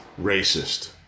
racist